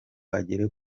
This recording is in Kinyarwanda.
agere